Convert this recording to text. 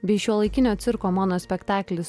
bei šiuolaikinio cirko monospektaklis